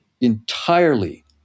entirely